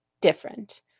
different